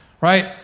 Right